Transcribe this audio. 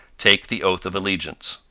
take the oath of allegiance